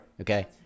okay